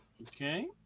Okay